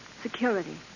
Security